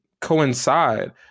coincide